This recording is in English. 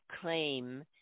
claim